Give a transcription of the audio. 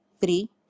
three